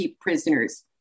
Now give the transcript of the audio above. prisoners